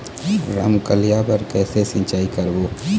रमकलिया बर कइसे सिचाई करबो?